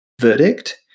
verdict